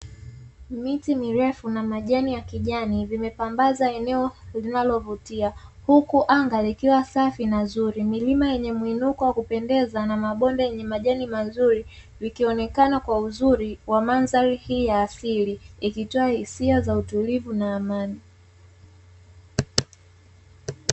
Miti mirefu na majani ya kijani vimepambaza eneo linalovutia huku anga likiwa safi na zuri, milima yenye mwinuko wa kupendeza na mabonde yenye majani mazuri vikionekana kwa uzuri wa mandhari hii ya asili ikitoa hisia za utulivu na amani.